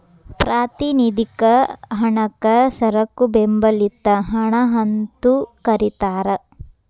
ಪ್ರಾತಿನಿಧಿಕ ಹಣಕ್ಕ ಸರಕು ಬೆಂಬಲಿತ ಹಣ ಅಂತೂ ಕರಿತಾರ